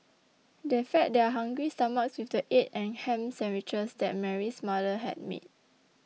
they fed their hungry stomachs with the egg and ham sandwiches that Mary's mother had made